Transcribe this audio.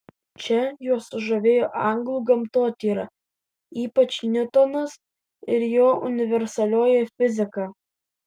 čia juos sužavėjo anglų gamtotyra ypač niutonas ir jo universalioji fizika